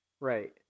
Right